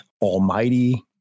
almighty